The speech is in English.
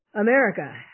America